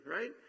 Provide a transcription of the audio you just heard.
right